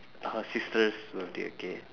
oh sister's birthday okay